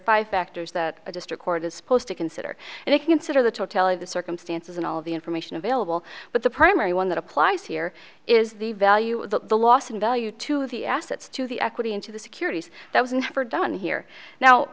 five factors that a district court is supposed to consider and they consider the totality the circumstances and all of the information available but the primary one that applies here is the value of the loss in value to the assets to the equity into the securities that was never done here now